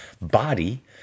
body